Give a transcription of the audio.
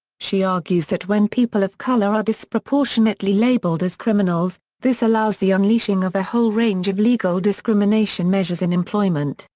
she argues that when people of color are disproportionately labeled as criminals, this allows the unleashing of a whole range of legal discrimination measures in employment,